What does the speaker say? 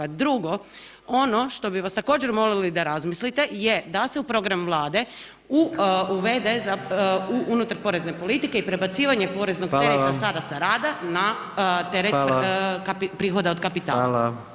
Drugo, ono što bi vas također, molili da razmislite je da se u program Vlade uvede unutar porezne politike i prebacivanje poreznog tereta [[Upadica: Hvala vam.]] sada sa rada na teret [[Upadica: Hvala.]] prihoda od kapitala.